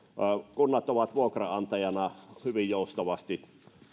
kunnat ovat vuokranantajina hyvin joustavasti